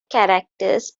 characters